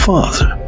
Father